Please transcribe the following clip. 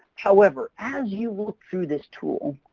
however, as you look through this tool,